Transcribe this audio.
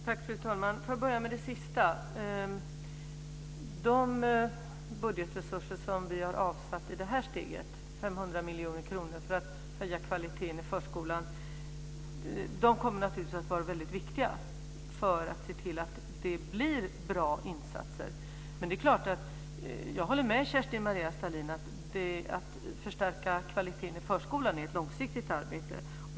Fru talman! Jag börjar med det sista. De budgetresurser som vi har avsatt i det här steget, 500 miljoner kronor, för att höja kvaliteten i förskolan, kommer naturligtvis att vara väldigt viktiga för att se till att det blir bra insatser. Jag håller med Kerstin-Maria Stalin att förstärkningen av kvaliteten i förskolan är ett långsiktigt arbete.